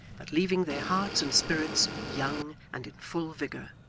but leaving their hearts and spirits young and in full vigour.